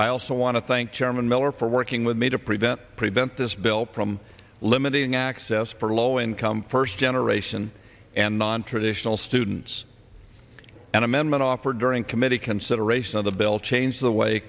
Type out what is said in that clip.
i also want to thank chairman miller for working with me to prevent prevent this bill from limiting access for low income first generation and nontraditional students an amendment offered during committee consideration of the bill change the way